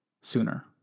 sooner